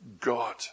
God